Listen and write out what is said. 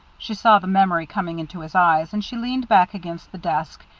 she saw the memory coming into his eyes, and she leaned back against the desk,